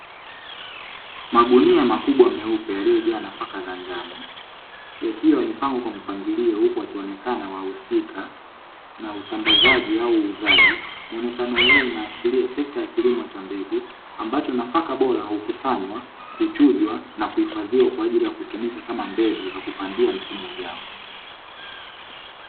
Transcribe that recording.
Magunia makubwa meupe yaliyojaa nafaka za njano yakiwa yamepangwa kwa mpangilio huku akionekana wahusika na usambazaji au uuzaji mwonekano huu unaashiria sekta ya kilimo cha mbegu ambacho nafaka bora hukusanywa kuchujwa na kuhifadhiwa kwa ajili ya kutumika kama mbegu za kupandia msimu ujao